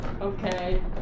Okay